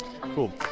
Cool